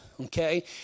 Okay